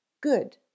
Good